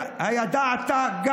הידעתם,